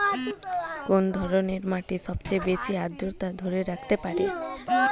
কোন ধরনের মাটি সবচেয়ে বেশি আর্দ্রতা ধরে রাখতে পারে?